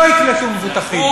קופות-החולים לא יקלטו מבוטחים.